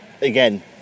Again